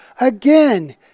again